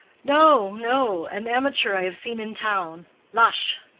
no, no an amateur i have seen in town lush,